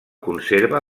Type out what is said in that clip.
conserva